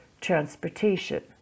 transportation